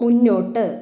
മുന്നോട്ട്